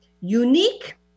Unique